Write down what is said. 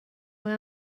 when